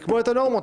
לקבוע את הנורמות,